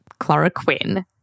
chloroquine